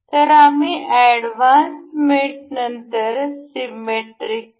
तर आम्ही एडव्हान्स नंतर सीमेट्रिक पाहूया